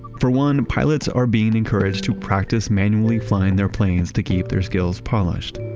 for one, pilots are being encouraged to practice manually flying their planes to keep their skills polished,